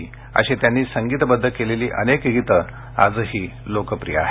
अशी त्यांनी संगीतबदध केलेली अनेक गीते आजही लोकप्रिय आहेत